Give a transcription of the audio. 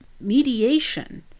mediation